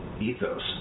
ethos